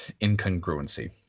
incongruency